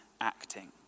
acting